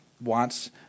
wants